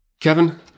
Kevin